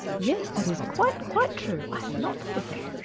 yes that is quite, quite true. i had not thought of that.